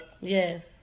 yes